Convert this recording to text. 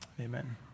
Amen